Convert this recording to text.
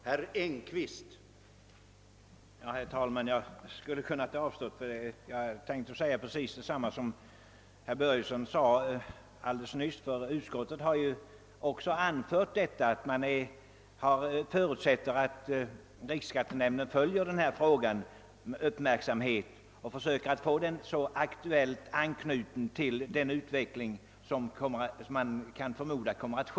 Herr talman! Jag vill framhålla ungefär detsamma som herr Börjesson i Falköping. Utskottet har nämligen också anfört att utskottet förutsätter, att riksskattenämnden följer denna fråga med uppmärksamhet och försöker ge anvisningarna en aktuell anknytning till den utveckling som kan väntas.